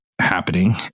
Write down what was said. happening